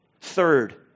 Third